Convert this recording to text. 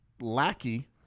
Lackey